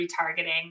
retargeting